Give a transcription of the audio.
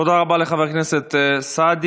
תודה רבה לחבר הכנסת סעדי.